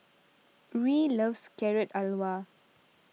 Ruie loves Carrot Halwa